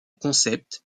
concept